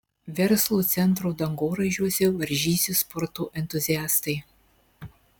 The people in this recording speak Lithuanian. verslo centro dangoraižiuose varžysis sporto entuziastai